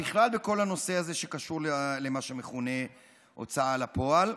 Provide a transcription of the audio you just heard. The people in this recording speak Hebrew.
בכלל בכל הנושא הזה שקשור למה שמכונה הוצאה לפועל,